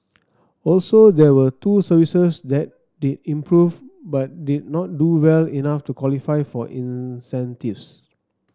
also there were two services that did improve but did not do well enough to qualify for incentives